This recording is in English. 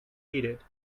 heeded